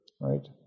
right